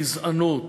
גזענות,